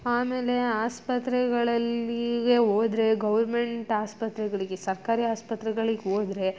ಆಮೇಲೆ ಆಸ್ಪತ್ರೆಗಳಲ್ಲಿಗೆ ಹೋದ್ರೆ ಗೌರ್ನ್ಮೆಂಟ್ ಆಸ್ಪತ್ರೆಗಳಿಗೆ ಸರ್ಕಾರಿ ಆಸ್ಪತ್ರೆಗಳಿಗೆ ಹೋದರೆ